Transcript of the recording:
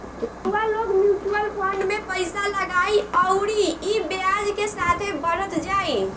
रउआ लोग mutual fund मे पइसा लगाई अउरी ई ब्याज के साथे बढ़त जाई